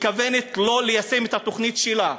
שלא ליישם את התוכנית שלה.